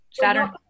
Saturn